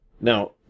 now